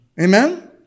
Amen